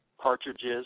cartridges